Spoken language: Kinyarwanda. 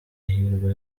hirwa